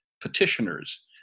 petitioners